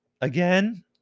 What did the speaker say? Again